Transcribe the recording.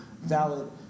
valid